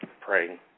praying